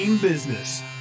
business